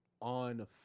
on